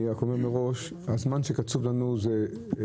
אני אומר מראש, יש לנו עוד